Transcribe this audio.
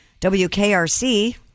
WKRC